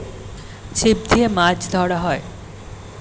ছিপ দিয়ে মাছ ধরা হয়